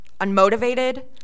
unmotivated